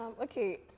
Okay